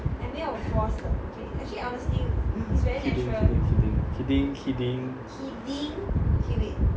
kidding kidding kidding